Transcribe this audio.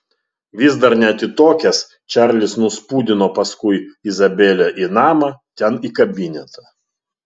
vis dar neatitokęs čarlis nuspūdino paskui izabelę į namą ten į kabinetą